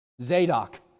Zadok